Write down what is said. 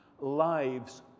lives